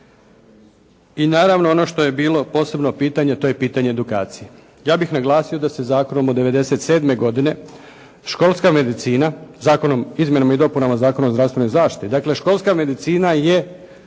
I naravno ono što je bilo posebno pitanje, to je pitanje edukacije. Ja bih naglasio da se zakonom od '97. godine školska medicina Zakonom o izmjenama i dopunama Zakona o zdravstvenoj zaštiti dakle školska medicina je